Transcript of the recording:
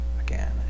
again